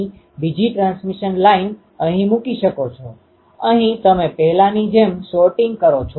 તેથી એક નિશ્ચિત અંતર r માટે જયારે 2cos એ 2 બને ત્યારે આ cos અથવા આ પેટર્ન તે બિંદુએ નલ થશે